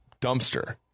dumpster